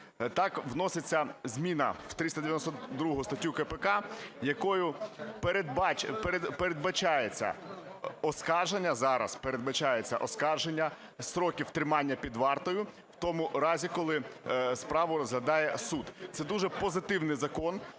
Так, вноситься зміна в 392 статтю КПК, якою передбачається оскарження, зараз передбачається оскарження строків тримання під вартою в тому разі, коли справу розглядає суд. Це дуже позитивний закон.